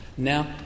Now